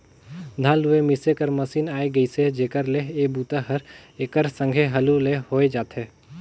धान लूए मिसे कर मसीन आए गेइसे जेखर ले ए बूता हर एकर संघे हालू ले होए जाथे